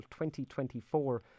2024